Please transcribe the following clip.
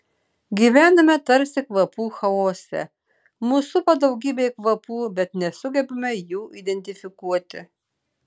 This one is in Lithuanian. gyvename tarsi kvapų chaose mus supa daugybė kvapų bet nesugebame jų identifikuoti